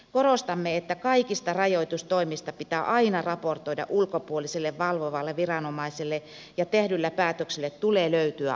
korostamme että kaikista rajoitustoimista pitää aina raportoida ulkopuoliselle valvovalle viranomaiselle ja tehdylle päätökselle tulee löytyä aina vastuunkantajat